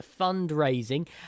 fundraising